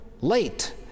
late